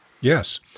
Yes